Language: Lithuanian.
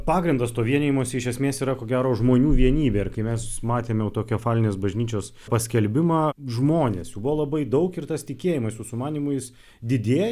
pagrindas to vienijimosi iš esmės yra ko gero žmonių vienybė ir kai mes matėme autokefalinės bažnyčios paskelbimą žmonės jų buvo labai daug ir tas tikėjimas su sumanymu jis didėja